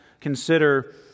consider